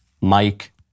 Mike